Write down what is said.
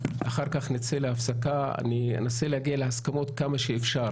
אחר כך נצא להפסקה וננסה להגיע להסכמות כמה שאפשר